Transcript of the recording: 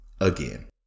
again